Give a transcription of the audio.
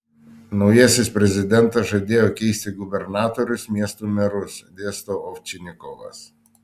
naujasis prezidentas žadėjo keisti gubernatorius miestų merus dėsto ovčinikovas